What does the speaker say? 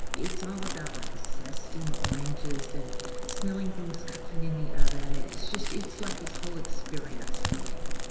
it's all about like zesting oranges and smelling things cooking in the oven. it's just, it's like this whole experience for me.